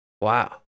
Wow